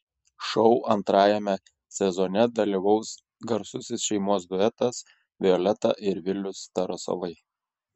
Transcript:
šou antrajame sezone dalyvaus garsusis šeimos duetas violeta ir vilius tarasovai